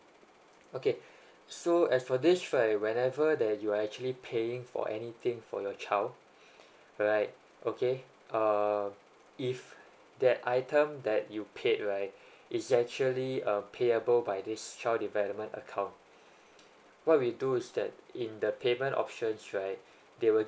okay so as for this right whenever that you actually paying for anything for your child alright okay um if that item that you paid right is actually err payable by this child development account what we do is that in the payment options right they will